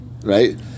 Right